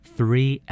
Three